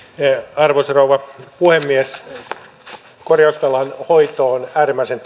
arvoisa rouva puhemies korjausvelan hoito on äärimmäisen